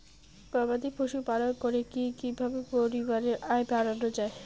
গবাদি পশু পালন করে কি কিভাবে পরিবারের আয় বাড়ানো যায়?